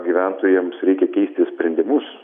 gyventojams reikia keisti sprendimus